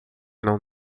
não